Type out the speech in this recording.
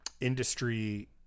industry